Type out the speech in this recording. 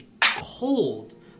cold